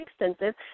extensive